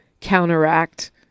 counteract